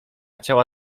ciała